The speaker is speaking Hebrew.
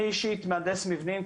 אני אישית מהנדס מבנים,